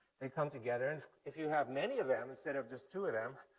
they come together, and if you have many of them, instead of just two of them,